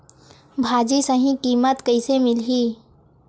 भाजी सही कीमत कइसे मिलही?